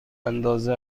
اندازه